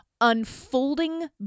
unfolding